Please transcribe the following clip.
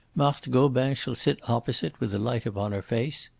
marthe gobin shall sit opposite, with the light upon her face.